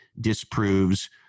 disproves